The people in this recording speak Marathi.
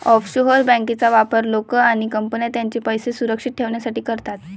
ऑफशोअर बँकांचा वापर लोक आणि कंपन्या त्यांचे पैसे सुरक्षित ठेवण्यासाठी करतात